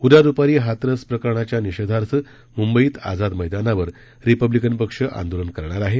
उद्या दुपारी हाथरस या प्रकरणाच्या निषेधार्थ मुंबईत आझाद मैदानावर रिपब्लिकन पक्ष आंदोलन करणार आहे